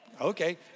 Okay